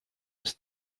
his